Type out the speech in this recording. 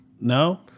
No